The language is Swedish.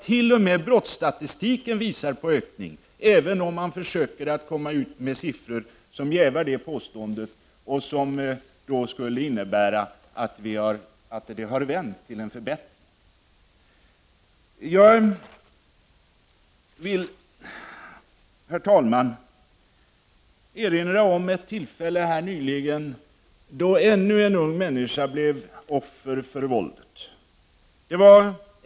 T.o.m. brottsstatistiken visar på en ökning, även om man försöker ge ut siffror som jävar detta påstående och som skulle innebära att utvecklingen har vänt och att det har skett en förbättring. Jag vill, herr talman, erinra om ett tillfälle då ännu en ung människa blev offer för våldet.